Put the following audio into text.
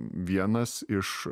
vienas iš